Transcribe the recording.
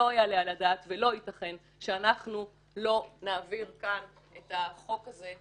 לא יעלה על הדעת ולא ייתכן שאנחנו לא נעביר כאן את החוק הזה,